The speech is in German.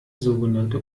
sogenannte